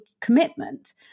commitment